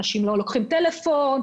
אנשים לא לוקחים טלפון,